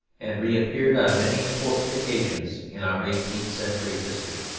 and reappeared on many important occasions in our eighteenth-century history.